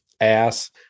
ass